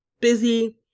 busy